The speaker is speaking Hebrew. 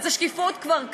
אז השקיפות כבר כאן,